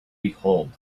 behold